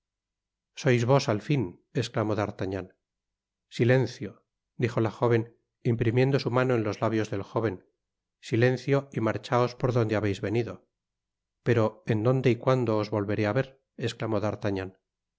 sois vos al fin esclamó d'artagnan silencio dijo la jóven imprimiendo su mano en los labios del jóven silencio y marchaos por donde habeis venido pero en donde y cuando os volveré á ver esclamó